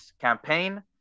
campaign